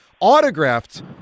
autographed